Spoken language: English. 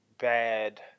bad